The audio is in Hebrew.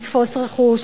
לתפוס רכוש,